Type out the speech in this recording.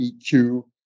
eq